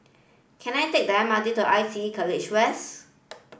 can I take the M R T to ITE College West